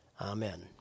Amen